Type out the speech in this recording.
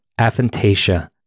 Aphantasia